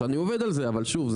שאני עובד על זה אבל שוב,